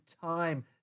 time